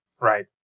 right